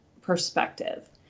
perspective